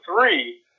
three